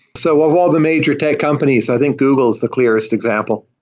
so of all the major tech companies, i think google's the clearest example.